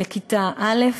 לכיתה א'